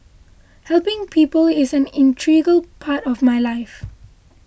helping people is an integral part of my life